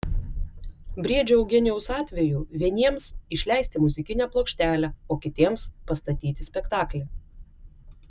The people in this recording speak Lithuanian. briedžio eugenijaus atveju vieniems išleisti muzikinę plokštelę o kitiems pastatyti spektaklį